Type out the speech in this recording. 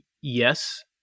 yes